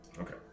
Okay